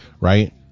right